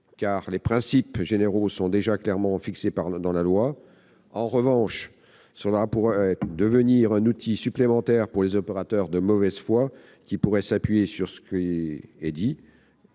car les principes généraux sont déjà clairement fixés dans la loi. En revanche, ce référentiel serait susceptible de devenir un outil supplémentaire pour les opérateurs de mauvaise foi, qui pourraient s'appuyer sur ce qu'il dit,